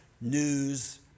news